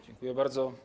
Dziękuję bardzo.